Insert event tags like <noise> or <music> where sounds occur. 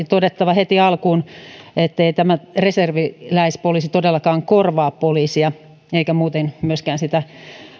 <unintelligible> todettava heti alkuun ettei tämä reserviläispoliisi todellakaan korvaa poliisia eikä muuten myöskään sitä